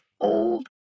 old